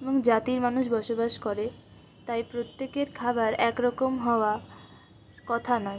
এবং জাতির মানুষ বসবাস করে তাই প্রত্যেকের খাবার একরকম হওয়া কথা নয়